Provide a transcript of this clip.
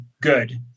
good